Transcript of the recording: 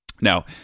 Now